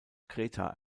kreta